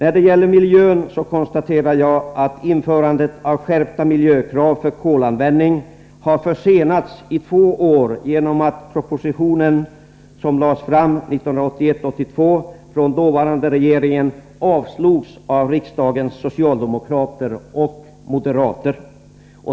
Då det gäller miljön konstaterar jag att införandet av skärpta miljökrav för kolanvändning har försenats i två år genom att den proposition som av den dåvarande regeringen lades fram under riksdagsåret 1981/82 avslogs av riksdagens socialdemokrater och moderater.